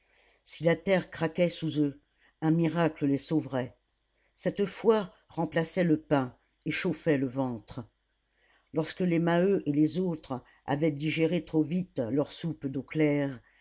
si la terre craquait sous eux un miracle les sauverait cette foi remplaçait le pain et chauffait le ventre lorsque les maheu et les autres avaient digéré trop vite leur soupe d'eau claire